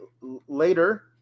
later